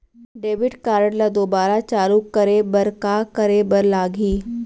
Debit card ला दोबारा चालू करे बर का करे बर लागही?